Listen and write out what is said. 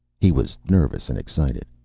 he was nervous and excited.